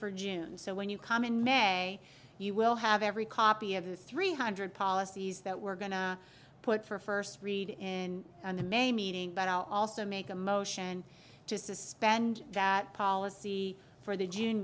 for june so when you come in may you will have every copy of the three hundred policies that we're going to put for first read in the may meeting but i'll also make a motion to suspend that policy for the